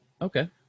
okay